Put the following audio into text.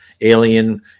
alien